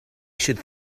should